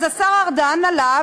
אז השר ארדן עלה,